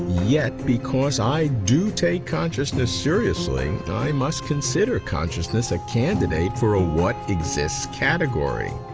yet, because i do take consciousness seriously, i must consider consciousness a candidate for a what exists category.